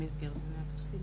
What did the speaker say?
במסגרת דיוני התקציב.